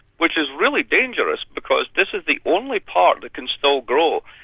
which is really dangerous, because this is the only part that can still grow,